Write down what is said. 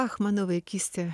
ach mano vaikystė